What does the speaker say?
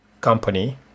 company